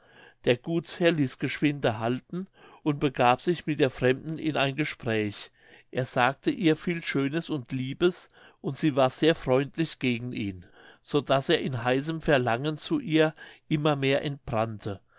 der gutsherr ließ geschwinde halten und begab sich mit der fremden in ein gespräch er sagte ihr viel schönes und liebes und sie war sehr freundlich gegen ihn so daß er in heißem verlangen zu ihr immer mehr entbrannte